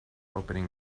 opening